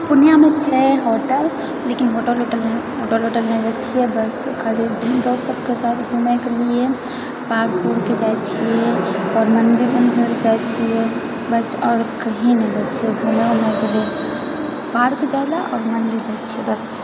पूर्णियाँमे छै होटल लेकिन होटल वोटल नहि होटल वोटल नहि जाइत छिऐ बस खाली दोस्त सबकेँ साथ घुमेके लिए पार्क उर्क जाइत छिऐ और मन्दिर वन्दिर जाइत छिऐ बस आओर कहीं नही जाइत छिऐ घुमय वूमय केलिए पार्क जाइले आओर मन्दिर जाइत छियै बस